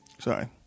Sorry